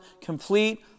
complete